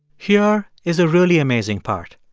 here is a really amazing part.